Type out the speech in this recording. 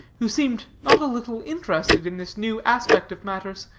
who seemed not a little interested in this new aspect of matters,